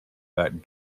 that